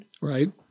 Right